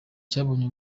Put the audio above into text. cyabonye